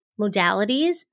modalities